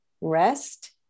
rest